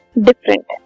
different